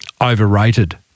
overrated